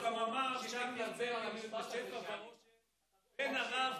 הוא גם אמר: "שם ירווה לו משפע ואושר / בן ערב,